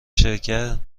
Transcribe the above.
شرکت